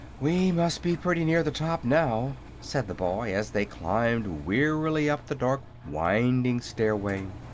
we must be pretty near the top, now, said the boy, as they climbed wearily up the dark, winding stairway.